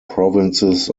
provinces